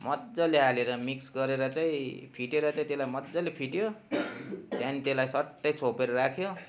मजाले हालेर मिक्स गरेर चाहिँ फिटेर चाहिँ त्यसलाई मजाले फिट्यो त्यहाँदेखि त्यसलाई सट्टै छोपेर राख्यो